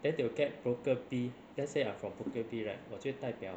then they will get broker B let's say I'm from broker B right 我就代表